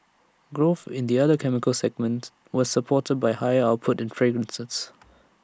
growth in the other chemicals segment was supported by higher output in fragrances